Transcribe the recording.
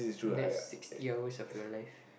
that's sixty hours of your life